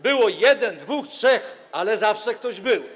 Był jeden, było dwóch, trzech, ale zawsze ktoś był.